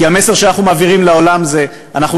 כי המסר שאנחנו מעבירים לעולם הוא: אנחנו